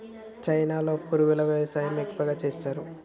చైనాలో పురుగుల వ్యవసాయం ఎక్కువగా చేస్తరు